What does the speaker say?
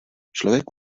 člověk